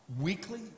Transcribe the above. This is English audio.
weekly